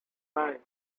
five